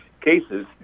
cases